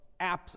apps